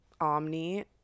omni-